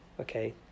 okay